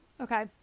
okay